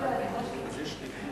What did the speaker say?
כבוד השר,